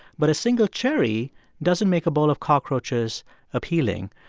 but a single cherry doesn't make a bowl of cockroaches appealing.